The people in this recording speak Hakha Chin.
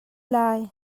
lai